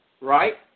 right